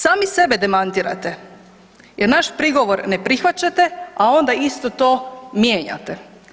Sami sebe demantirate jer naš prigovor ne prihvaćate, a onda isto to mijenjate.